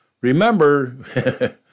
Remember